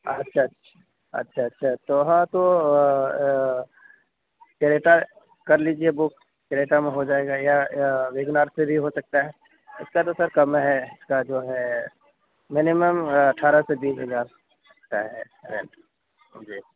اچھا اچھا اچھا اچھا تو ہاں تو کریٹا کر لیجیے بک کریٹا میں ہو جائے گا یا یا ویگنار سے بھی ہو سکتا ہے اس کا تو سر کم ہے اس کا جو ہے منیمم اٹھارہ سے بیس ہزار رہتا ہے رینٹ اوکے